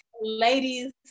Ladies